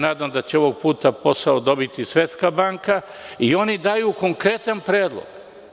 Nadam se da će ovog puta posao dobiti Svetska banka i oni daju konkretan predlog.